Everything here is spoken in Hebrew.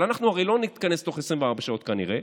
אבל אנחנו הרי לא נתכנס תוך 24 שעות, כנראה,